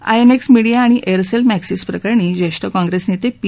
INX media आणि Aircel मक्रिंसस प्रकरणी ज्येष्ठ काँग्रेस नेते पी